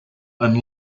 and